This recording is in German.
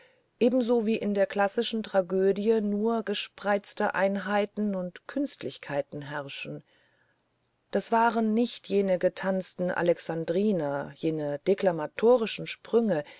ebenso wie in der klassischen tragödie nur gespreizte einheiten und künstlichkeiten herrschen das waren nicht jene getanzten alexandriner jene deklamatorischen sprünge